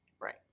Right